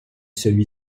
celui